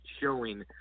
showing